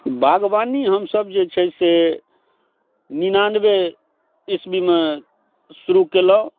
बागवानी हमसभ जे छै से निन्यानबे इसबीमे शुरू कयलहुँ